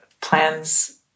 plans